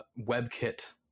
WebKit